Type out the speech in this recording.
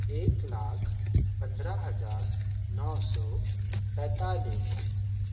एक लाख पंद्रह हजार नौ सौ पैंतालिस